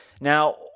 Now